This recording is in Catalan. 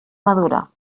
madura